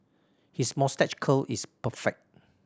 his moustache curl is perfect